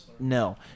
No